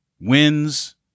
Wins